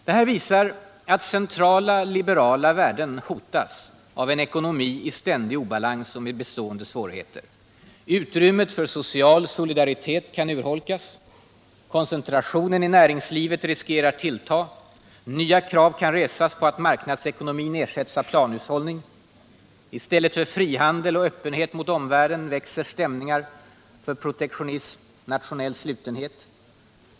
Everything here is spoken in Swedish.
Det här visar att centrala liberala värden hotas av en ekonomi i ständig obalans och med bestående svårigheter: Utrymmet för social solidaritet kan urholkas. Koncentrationen i näringslivet riskerar tillta, och nya krav kan resas på att marknadsekonomin ersätts av planhushållning. I stället för frihandel och öppenhet mot omvärlden växer stämningar för protektionism och nationell slutenhet.